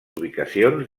ubicacions